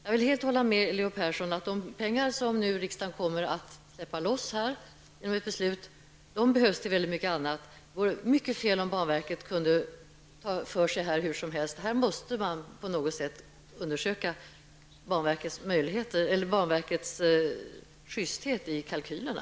Jag håller helt med Leo Persson om att de pengar som riksdagen kommer att släppa loss genom ett beslut behövs till mycket annat. Det vore fel om banverket här kunde ta för sig hur som helst. Man måste här på något sätt undersöka banverkets möjligheter och sjysthet i kalkylerna.